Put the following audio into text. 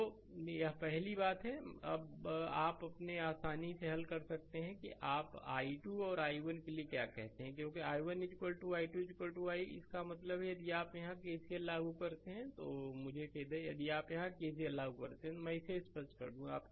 तो यह पहली बात है अब आप अपने आसानी से हल कर सकते हैं कि आप i2 और i1 के लिए क्या कहते हैं क्योंकि i1 i2 और i इसका मतलब है कि यदि आप यहाँ KCL लागू करते हैं तो मुझे खेद है यदि आप KCL यहाँ लागू करते हैं तो मैं इसे स्पष्ट कर दूं